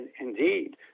indeed